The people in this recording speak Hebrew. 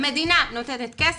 המדינה נותנת כסף,